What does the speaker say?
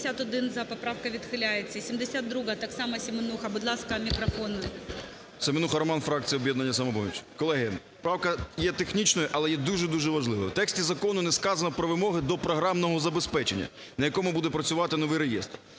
Семенуха Роман, фракція "Об'єднання "Самопоміч". Колеги, правка є технічною, але є дуже-дуже важливою. В тексті закону не сказано про вимоги до програмного забезпечення, на якому буде працювати новий реєстр.